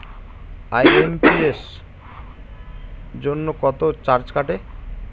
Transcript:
IMPS জন্য কত charge কাটে?